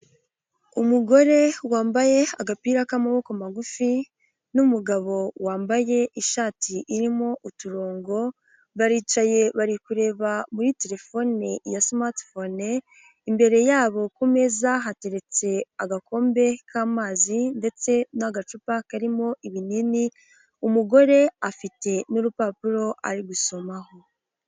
Umugore wambaye agapira k'amaboko magufi n'umugabo wambaye ishati irimo uturongo baricaye bari kureba muri telefone ya Smart phone, imbere yabo ku meza hateretse agakombe k'amazi ndetse n'agacupa karimo ibinini, umugore afite n'urupapuro ari gusomaho.